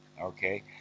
okay